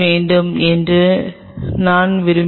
D 3 B